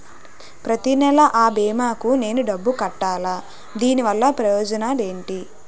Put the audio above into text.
ప్రతినెల అ భీమా కి నేను డబ్బు కట్టాలా? దీనివల్ల ప్రయోజనాలు ఎంటి?